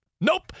Nope